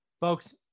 Folks